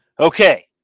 Okay